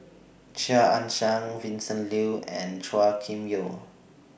Chia Ann Siang Vincent Leow and Chua Kim Yeow